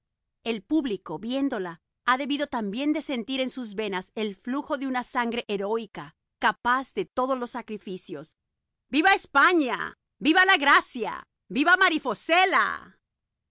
el público viéndola ha debido también de sentir en sus venas el flujo de una sangre heroica capaz de todos los sacrificios viva españa viva la gracia viva